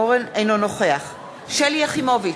אינו נוכח שלי יחימוביץ,